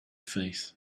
face